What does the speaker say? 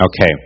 okay